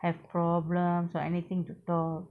have problems or anything to talk